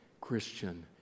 Christian